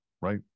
right